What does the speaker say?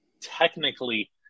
technically